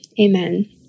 amen